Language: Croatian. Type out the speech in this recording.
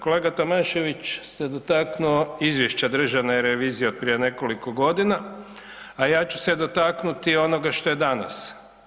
Kolega Tomašević se dotaknuo izvješće Državne revizije od prije nekoliko godina, a ja ću se dotaknuti onoga što je danas.